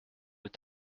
est